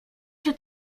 się